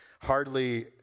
hardly